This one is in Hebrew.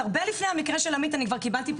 עוד הרבה לפני המקרה של עמית קיבלתי כבר